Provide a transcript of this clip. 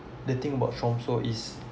the thing about tromso is